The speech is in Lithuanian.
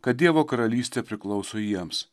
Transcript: kad dievo karalystė priklauso jiems